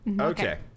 Okay